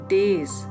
days